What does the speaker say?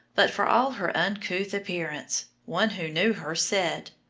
but for all her uncouth appearance, one who knew her said,